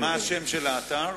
ומה השם של האתר?